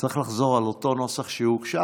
על אותו נוסח שהוגש,